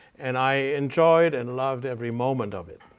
and i enjoyed and loved every moment of it.